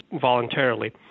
voluntarily